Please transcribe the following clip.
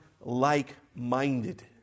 like-minded